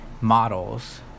models